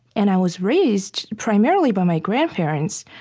and i was raised primarily by my grandparents.